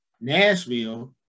Nashville